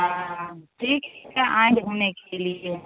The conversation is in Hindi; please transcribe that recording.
हाँ ठीक है आएँगे घूमने के लिए